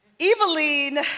Eveline